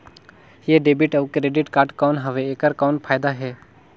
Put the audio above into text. ये डेबिट अउ credit card कौन हवे एकर कौन फाइदा हे?